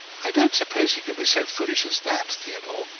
i don't suppose he can be so foolish as that, theodore.